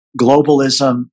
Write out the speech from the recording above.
globalism